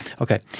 Okay